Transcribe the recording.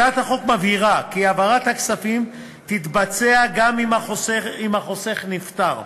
הצעת החוק מבהירה כי העברת הכספים תתבצע גם אם החוסך נפטר,